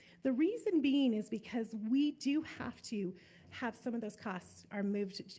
the reason being is because we do have to have some of those costs are moved,